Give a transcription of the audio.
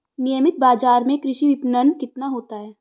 नियमित बाज़ार में कृषि विपणन कितना होता है?